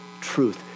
truth